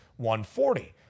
140